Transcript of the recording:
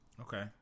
Okay